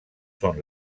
són